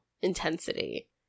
intensity